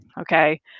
okay